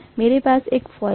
मेरे पास एक कॉइल है